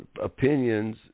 opinions